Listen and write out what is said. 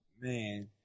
Man